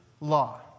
law